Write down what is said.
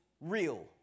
real